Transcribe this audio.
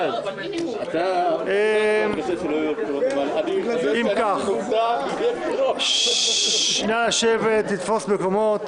אני מתכבד לחדש את ישיבת הוועדה.